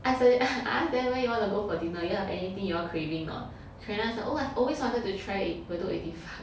I say I ask them where you all want to go for dinner you all have anything you all craving not karina said oh I've always wanted to try eig~ bedok eighty five